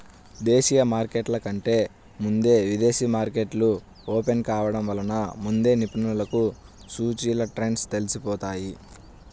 దేశీయ మార్కెట్ల కంటే ముందే విదేశీ మార్కెట్లు ఓపెన్ కావడం వలన ముందే నిపుణులకు సూచీల ట్రెండ్స్ తెలిసిపోతాయి